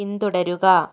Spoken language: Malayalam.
പിന്തുടരുക